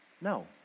No